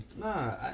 No